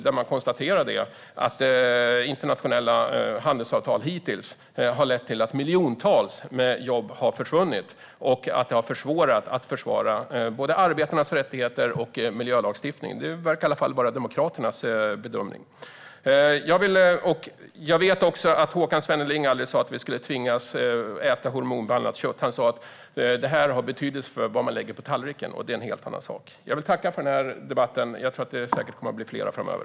Där konstaterade man att internationella handelsavtal hittills har lett till att miljontals jobb har försvunnit och att det har försvårat arbetet med att försvara arbetarnas rättigheter och miljölagstiftning. Det verkar i alla fall vara Demokraternas bedömning. Håkan Svenneling sa aldrig att vi skulle tvingas äta hormonbehandlat kött. Han sa att det här kommer att få betydelse för vad man kommer att lägga på tallriken. Det är en helt annan sak. Jag vill tacka för den här debatten. Det kommer säkert att bli fler framöver.